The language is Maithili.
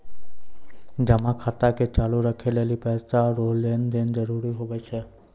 जमा खाता के चालू राखै लेली पैसा रो लेन देन जरूरी हुवै छै